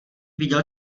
viděl